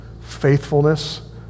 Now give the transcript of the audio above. faithfulness